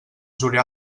julià